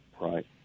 right